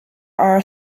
are